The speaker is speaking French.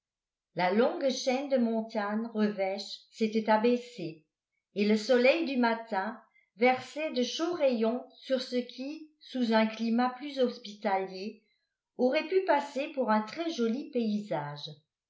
la longue chaîne de montagnes revêches s'était abaissée et le soleil du matin versait de chauds rayons sur ce qui sous un climat plus hospitalier aurait pu passer pour un très joli paysage